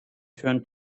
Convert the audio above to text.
turned